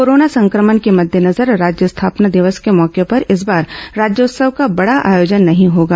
corona संक्रमण के मद्देनजर राज्य स्थापना दिवस के मौके पर इस बार राज्योत्सव का बड़ा आयोजन नहीं होगा